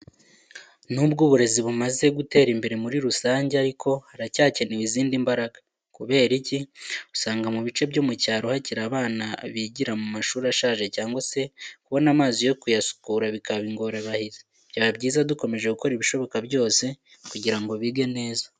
Nubwo uburezi bumaze gutera imbere muri rusange, ariko haracyakenewe izindi mbaraga. Kubera iki? Usanga mu bice byo mu cyaro hakiri abana bigira mu mashuri ashaje cyangwa se kubona amazi yo kuyasukura bikaba ingorabahizi. Byaba byiza dukomeje gukora ibishoboka byose kugira ngo bige neza.